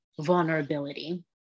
vulnerability